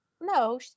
No